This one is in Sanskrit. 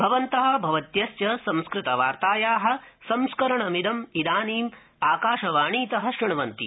भवन्त भवत्यश्च संस्कृतवार्ताया संस्करणमिदं इदानीम आकाशवाणीत श्रण्वन्ति